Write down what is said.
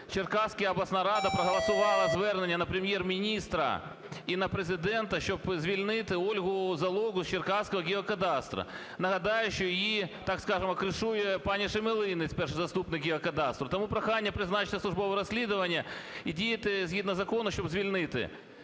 Черкаська обласна рада проголосувала звернення на Прем'єр-міністра і на Президента, щоб звільнити Ольгу Залогу з черкаського геокадастру. Нагадаю, що її, так скажемо, кришує пані Шемелинець, перший заступник геокадастру. Тому прохання призначити службове розслідування і діяти згідно закону, щоб звільнити.